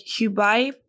Hubei